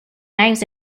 knives